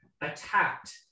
attacked